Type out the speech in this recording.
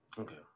Okay